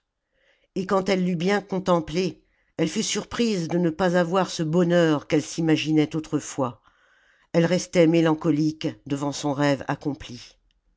et quand elle l'eût bien contemplé elle fut surprise de ne pas avoir ce bonheur qu'elle s'imaginait autrefois elle restait mélancolique devant son rêve accompli